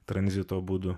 tranzito būdu